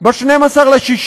ב-12 ביוני.